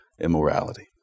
immorality